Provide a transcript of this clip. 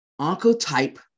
oncotype